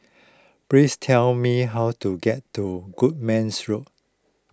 please tell me how to get to Goodmans Road